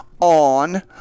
on